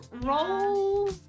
roll